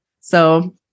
So-